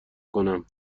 کنم